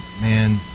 man